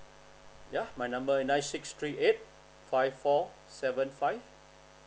yeah my number nine six three eight five four seven five